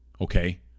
okay